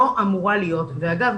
לא אמורה להיות ואגב,